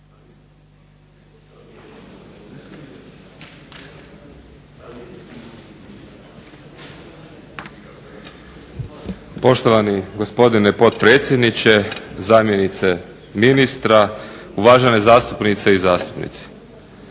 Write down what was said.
Poštovani gospodine potpredsjedniče, zamjenice ministra, uvažene zastupnice i zastupnici.